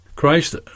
Christ